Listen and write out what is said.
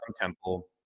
Temple